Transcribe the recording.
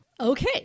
okay